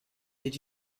did